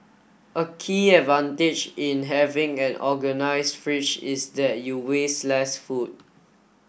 a key advantage in having an organised fridge is that you waste less food